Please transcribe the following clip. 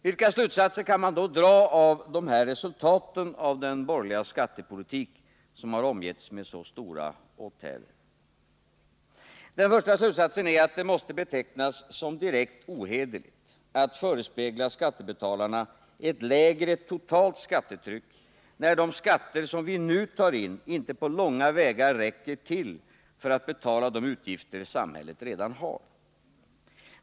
Vilka slutsatser kan man då dra av de här resultaten av den borgerliga skattepolitik som har omgivits med så stora åthävor? Den första slutsatsen är att det måste betecknas som direkt ohederligt att förespegla skattebetalarna ett lägre totalt skattetryck, när de skatter som vi nu tar in inte på långa vägar räcker till för att betala de utgifter samhället redan har.